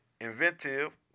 inventive